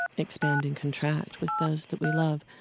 expand and contract with those that we love.